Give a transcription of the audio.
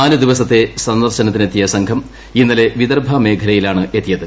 നാല് ദിവസത്തെ സന്ദർശനത്തിനെത്തിയ സംഘം ഇന്നലെ വിദർഭ മേഖലയിലാണ് എത്തിയത്